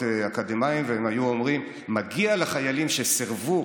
אקדמאים והם היו אומרים: מגיע לחיילים שסירבו,